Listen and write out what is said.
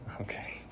Okay